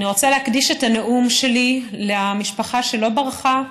אני רוצה להקדיש את הנאום שלי למשפחה שלא ברחה,